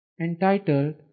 entitled